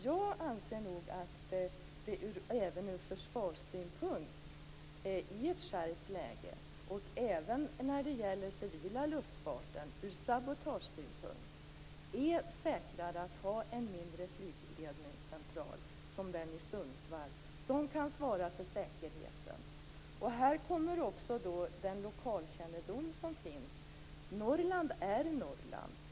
Jag anser att det ur försvarssynpunkt i ett skärpt läge, och även när det gäller civil luftfart, ur sabotagesynpunkt är säkrare att ha en mindre flygledningscentral som den i Sundsvall som kan svara för säkerheten. Även den lokalkännedom som finns måste vägas in. Norrland är Norrland.